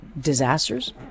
disasters